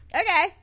okay